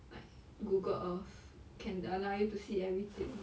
like Google earth can allow you to see everything